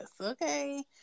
okay